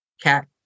cat